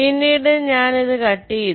പിന്നീട് ഞാൻ ഇത് കട്ട് ചെയ്യുന്നു